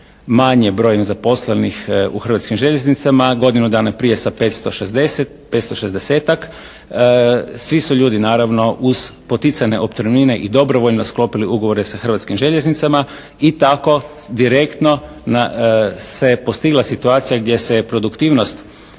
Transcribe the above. manjim brojem zaposlenih u Hrvatskim željeznicama, godinu dana prije sa 560, 560-tak, svi su ljudi naravno uz poticane otpremnine i dobrovoljno sklopili ugovore sa Hrvatskim željeznicama i tako direktno se postigla situacija gdje se produktivnost